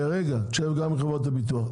תשב גם עם חברות הביטוח.